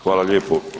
Hvala lijepo.